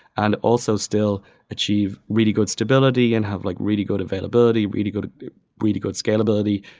and also still achieve really good stability and have like really good availability, really good really good scalability,